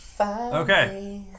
Okay